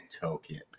token